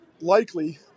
likely